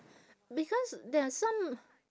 because there are some